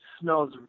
smells